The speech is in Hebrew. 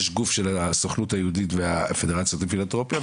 יש גוף של הסוכנת היהודית והפדרציה הפילנתרופיה,